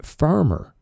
firmer